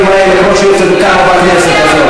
חבר הכנסת סולומון,